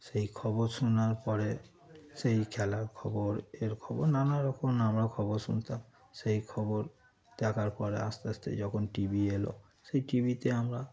সেই খবর শোনার পরে সেই খেলার খবর এর খবর নানারকম আমরা খবর শুনতাম সেই খবর দেখার পরে আস্তে আস্তে যখন টি ভি এলো সেই টি ভিতে আমরা